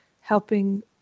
helping